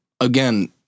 again